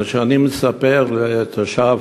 כאשר אני מספר לתושב